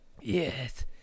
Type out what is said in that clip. Yes